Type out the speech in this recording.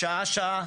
שעה שעה,